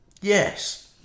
yes